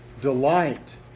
Delight